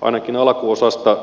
ainakin alkuosasta hyvinkin kokonaan